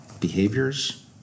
behaviors